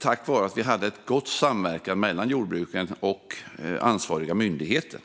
tack vare att vi hade en god samverkan mellan jordbruken och ansvariga myndigheter.